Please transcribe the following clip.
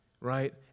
right